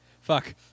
Fuck